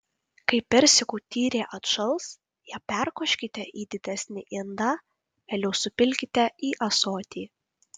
kai persikų tyrė atšals ją perkoškite į didesnį indą vėliau supilkite į ąsotį